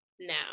now